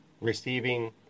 Receiving